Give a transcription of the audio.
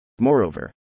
Moreover